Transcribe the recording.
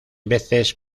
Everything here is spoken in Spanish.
veces